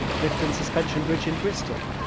clifton suspension bridge in bristol,